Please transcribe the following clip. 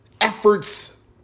efforts